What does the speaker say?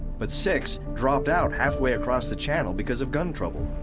but six dropped out halfway across the channel because of gun trouble.